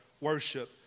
worship